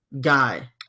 guy